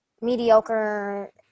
mediocre